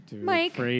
Mike